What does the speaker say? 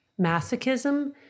masochism